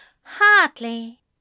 Hardly